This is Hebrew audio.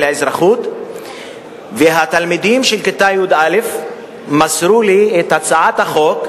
הורים לילדים שנהרגו כשירדו מרכבי ההסעה וחצו את הכביש לפני